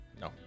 No